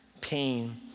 pain